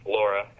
Laura